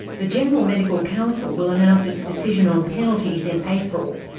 the general medical council will announce its decision on penalties in april.